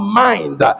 mind